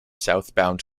southbound